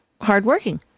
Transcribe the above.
hardworking